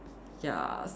ya